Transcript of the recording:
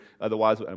Otherwise